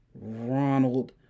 Ronald